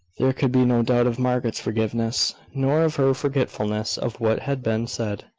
there could be no doubt of margaret's forgiveness, nor of her forgetfulness of what had been said,